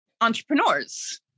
entrepreneurs